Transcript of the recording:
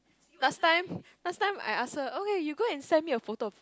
last time last time I ask her okay you go and send me a photo of